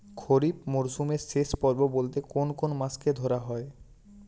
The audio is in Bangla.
খরিপ মরসুমের শেষ পর্ব বলতে কোন কোন মাস কে ধরা হয়?